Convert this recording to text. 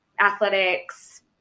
athletics